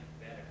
better